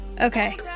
Okay